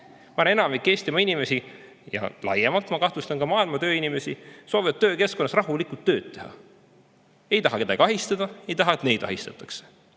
et enamik Eestimaa inimesi – ja laiemalt, ma kahtlustan, ka maailma tööinimesi – soovib töökeskkonnas rahulikult tööd teha. Ei taha kedagi ahistada, ei taha, et neid ahistatakse.